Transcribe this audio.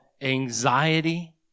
anxiety